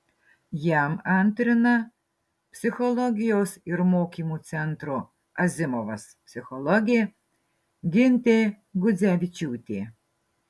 jam antrina psichologijos ir mokymų centro azimovas psichologė gintė gudzevičiūtė